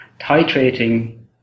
titrating